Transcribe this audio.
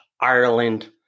Ireland